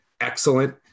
excellent